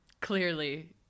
clearly